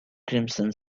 crimson